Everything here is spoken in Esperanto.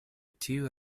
tiu